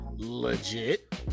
legit